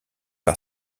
par